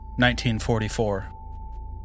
1944